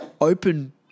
open